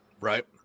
Right